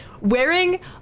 wearing